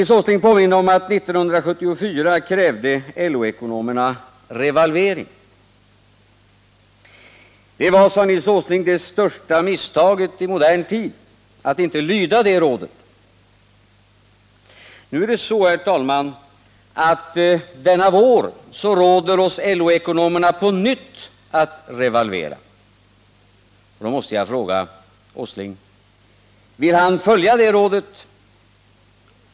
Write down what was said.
Nils Åsling påminde om att 1974 krävde LO-ekonomerna revalvering. Det var, sade Nils Åsling, det största misstaget i modern tid att inte lyda det rådet. Nu är det så, herr talman, att denna vår råder oss LO-ekonomerna på nytt att revalvera. Då måste jag fråga Nils Åsling: Vill han följa det rådet?